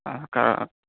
आकर